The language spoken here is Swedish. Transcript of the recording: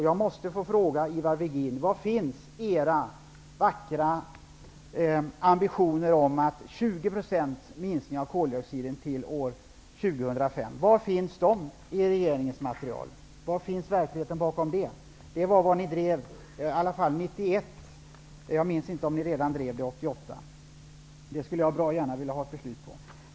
Jag måste få fråga: Var finns era vackra ambitioner om 20 % minskning av koldioxidutsläppen till år 2005? Var finns de i regeringens material? Var finns verkligheten bakom det? Detta var vad ni drev i varje fall 1991 -- jag minns inte om ni drev frågan redan 1988. Det skulle jag bra gärna vilja ha besked om.